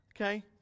Okay